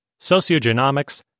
sociogenomics